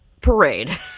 Parade